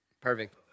Perfect